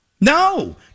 No